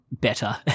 better